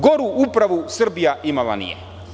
Goru upravu Srbija imala nije.